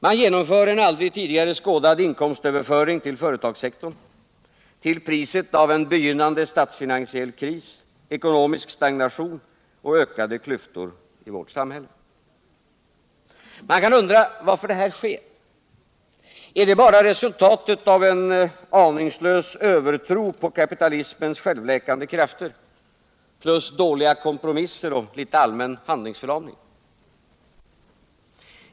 Den genomför en aldrig tidigare skådad inkomstöverföring till företagssektorn till priset av en begynnande statsfinansiell kris, ekonomisk stagnation och ökade klyftor i vårt samhälle. Man kan undra varför detta sker. Är det bara resultatet av en aningslös övertro på kapitalismens självläkande krafter plus dåliga kompromisser och litet allmän handlingsförlamning?